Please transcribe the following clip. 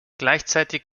gleichzeitig